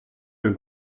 mehr